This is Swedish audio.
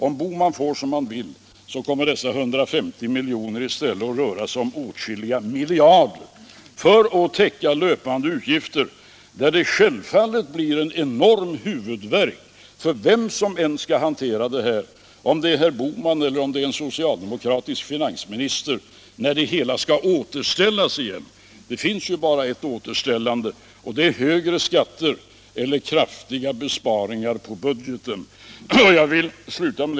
Om herr Bohman får som han vill kommer det i stället för dessa 150 miljoner att röra sig om åtskilliga miljarder — för att täcka statens löpande utgifter. Det kommer självfallet att skapa en enorm huvudvärk för vem som än skall hantera detta — herr Bohman eller en socialdemokratisk finansminister — när det hela skall återställas igen. Det finns bara en möjlighet till återställande, nämligen högre skatter eller kraftiga besparingar på budgeten.